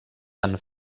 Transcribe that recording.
van